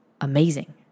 amazing